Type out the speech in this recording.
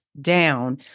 down